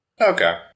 Okay